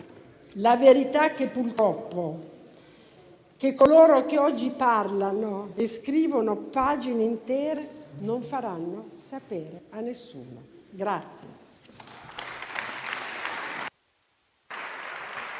la verità che purtroppo coloro che oggi parlano e scrivono pagine intere non faranno sapere a nessuno.